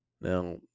Now